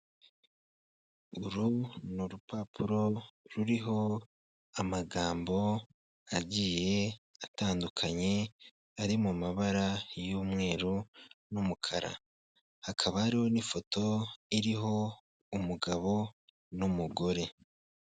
Uru n'urupapuro ruriho amagambo agiye atandukanye ari mu mabara y'umweru n'umukara, hakaba hariho n'ifoto iriho umugabo n'umugore.